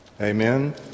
Amen